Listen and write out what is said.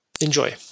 enjoy